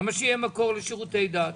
למה שיהיה מקור לשירותי דת?